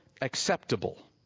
acceptable